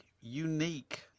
unique